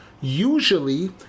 usually